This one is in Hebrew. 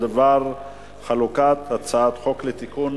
בדבר חלוקת הצעת חוק לתיקון